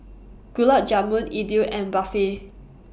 Gulab Jamun Idili and Barfi